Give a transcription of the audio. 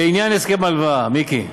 לעניין הסכם ההלוואה, מיקי,